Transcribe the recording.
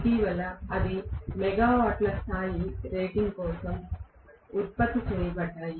ఇటీవల అవి మెగావాట్ల స్థాయి రేటింగ్ కోసం ఉత్పత్తి చేయబడ్డాయి